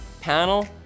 panel